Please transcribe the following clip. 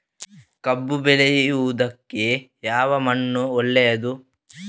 ಕಬ್ಬು ಬೆಳೆಯುವುದಕ್ಕೆ ಯಾವ ಮಣ್ಣು ಒಳ್ಳೆಯದು?